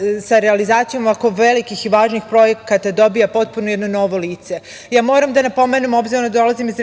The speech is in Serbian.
i sa realizacijom ovako velikih i važnih projekata dobija potpuno jedno novo lice. Moram da napomenem, obzirom da dolazim iz regiona